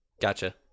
gotcha